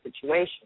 situation